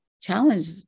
challenge